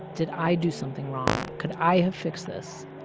did i do something wrong? could i have fixed this?